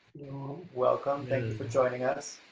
welcome, thank you for joining us.